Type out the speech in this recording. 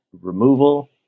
removal